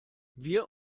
wir